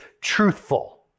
truthful